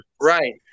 Right